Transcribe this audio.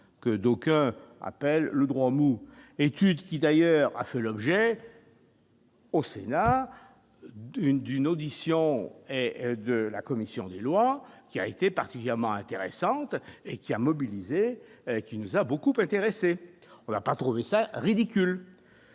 que d'aucuns appellent le droit mou, étude qui d'ailleurs a fait l'objet. Au Sénat, d'une d'une audition et de la commission des lois, qui a été particulièrement intéressante et qui a mobilisé, qui nous a beaucoup intéressé, on n'a pas trouvé ça ridicule,